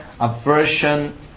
aversion